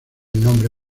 nombre